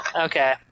Okay